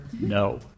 No